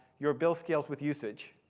your build scales with usage.